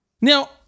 Now